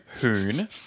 hoon